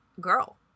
girl